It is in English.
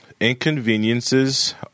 inconveniences